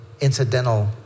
incidental